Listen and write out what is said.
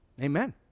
Amen